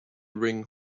ring